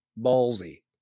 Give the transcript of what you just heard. Ballsy